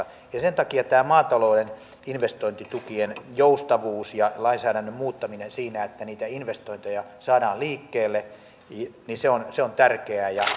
sen takia tämä maatalouden investointitukien joustavuus ja lainsäädännön muuttaminen siinä että niitä investointeja saadaan liikkeelle on tärkeää